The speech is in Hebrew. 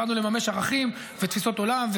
באנו לממש ערכים ותפיסות עולם,